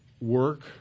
work